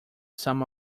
some